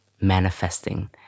manifesting